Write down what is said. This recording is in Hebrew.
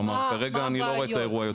כלומר, כרגע אני לא רואה את האירוע יוצא לפועל.